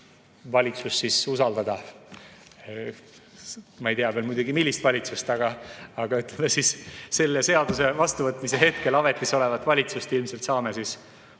valitsust usaldada. Ma ei tea veel muidugi, millist valitsust, aga ütleme siis, et selle seaduse vastuvõtmise hetkel ametisolevat valitsust ilmselt saame usaldada